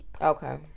Okay